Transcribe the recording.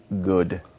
good